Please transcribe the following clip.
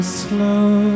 slow